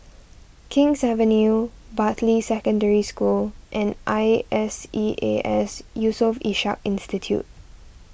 King's Avenue Bartley Secondary School and I S E A S Yusof Ishak Institute